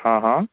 हँ हँ